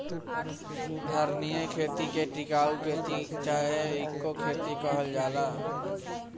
धारणीय खेती के टिकाऊ खेती चाहे इको खेती कहल जाला